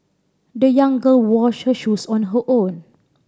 the young girl washed her shoes on her own